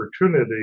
opportunity